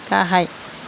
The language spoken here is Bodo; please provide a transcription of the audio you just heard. गाहाय